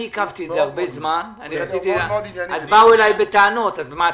אני עיכבתי את זה הרבה זמן אז באו אלי בטענות: מה,